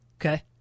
Okay